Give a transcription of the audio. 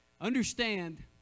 understand